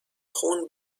خون